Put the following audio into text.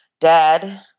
Dad